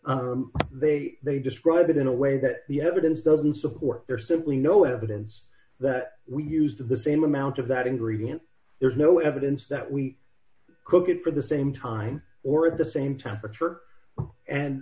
fields they they describe it in a way that the evidence doesn't support their simply no evidence that we used the same amount of that ingredient there's no evidence that we cook it for the same time or at the same temperature and